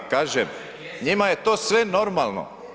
Kažem, njima je to sve normalno.